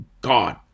god